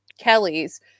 Kelly's